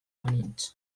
banintz